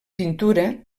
pintura